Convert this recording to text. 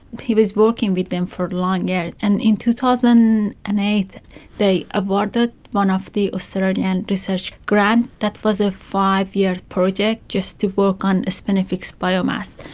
he was working with them for a long time, yeah and in two thousand and eight they awarded one of the australian and research grant that was a five-year project just to work on spinifex biomass.